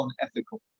unethical